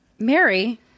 Mary